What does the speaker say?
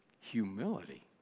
Humility